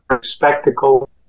spectacle